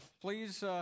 please